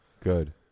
Good